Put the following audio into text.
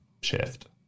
shift